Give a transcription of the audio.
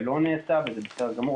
זה לא נעשה וזה בסדר גמור.